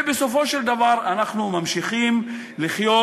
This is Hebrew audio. ובסופו של דבר אנחנו ממשיכים לחיות